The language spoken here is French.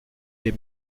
est